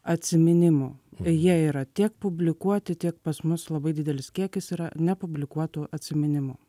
atsiminimų jie yra tiek publikuoti tiek pas mus labai didelis kiekis yra nepublikuotų atsiminimų